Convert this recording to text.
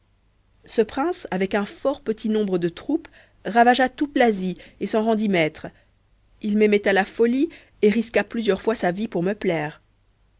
ce prince avec un fort petit nombre de soldats ravagea toute l'asie et s'en rendit maître il m'aimait à la folie et risqua plusieurs fois sa vie pour me plaire